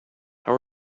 how